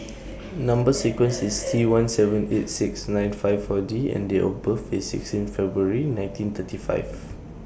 Number sequence IS T one seven eight six nine five four D and Date of birth IS sixteen February nineteen thirty five